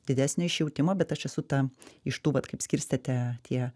didesnio išjautimo bet aš esu ta iš tų vat kaip skirstėte tie